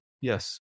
Yes